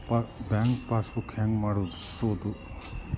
Bank passbook ಹೆಂಗ್ ಮಾಡ್ಸೋದು?